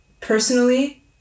personally